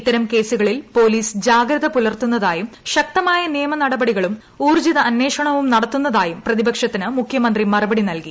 ഇത്തരം കേസുകളിൽ പോലീസ് ജാഗ്രത പുലർത്തുന്നതായും ശക്തമായ നിയമനടപടികളും ഊർജ്ജിത അന്വേഷണവും നടത്തുന്നതായും പ്രതിപക്ഷത്തിന് മുഖ്യമന്ത്രി മറുപടി നൽകി